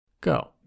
Go